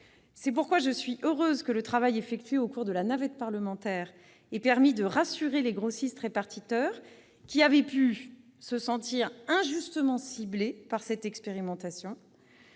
C'est pourquoi je suis heureuse que le travail effectué au cours de la navette parlementaire ait permis de rassurer les grossistes-répartiteurs, qui avaient pu se sentir injustement ciblés par cette expérimentation,